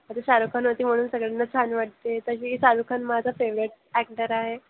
आता शाहरुख खान होती म्हणून सगळ्यांना छान वाटते तशी शाहरुख खान माझा फेवरेट ॲक्टर आहे